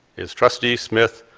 is trustee smith,